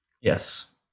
Yes